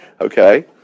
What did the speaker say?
Okay